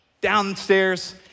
downstairs